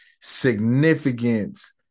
significance